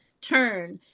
turn